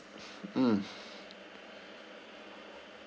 mm